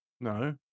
No